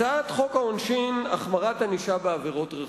הצעת חוק העונשין (החמרת ענישה בעבירות רכוש).